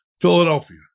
Philadelphia